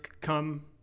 come